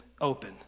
open